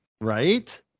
right